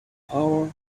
hour